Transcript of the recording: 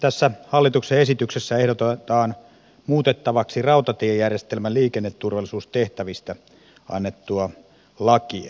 tässä hallituksen esityksessä ehdotetaan muutettavaksi rautatiejärjestelmän liikenneturvallisuustehtävistä annettua lakia